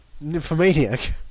Nymphomaniac